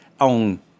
on